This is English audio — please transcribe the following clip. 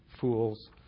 fools